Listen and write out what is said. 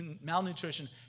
malnutrition